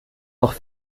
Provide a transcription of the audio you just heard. auch